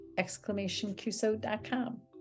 exclamationcuso.com